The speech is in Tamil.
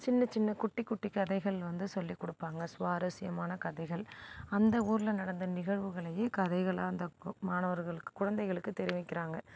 சின்ன சின்ன குட்டி குட்டி கதைகள் வந்து சொல்லிக் கொடுப்பாங்க சுவாரசியமான கதைகள் அந்த ஊரில் நடந்த நிகழ்வுகளையே கதைகளாக அந்த மாணவர்களுக்கு குழந்தைங்களுக்கு தெரிவிக்கிறாங்க